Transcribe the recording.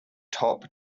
top